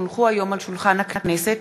כי הונחו היום על שולחן הכנסת,